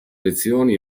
lezioni